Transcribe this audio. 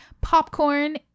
popcorn